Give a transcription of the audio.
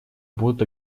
будут